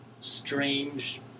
strange